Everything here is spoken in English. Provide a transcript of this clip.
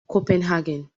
copenhagen